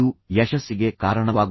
ಈಗ ಇದು ಯಶಸ್ಸಿಗೆ ಕಾರಣವಾಗುತ್ತದೆ